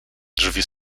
drzwi